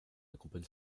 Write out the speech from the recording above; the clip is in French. accompagne